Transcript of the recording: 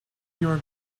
your